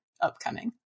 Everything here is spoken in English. upcoming